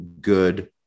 good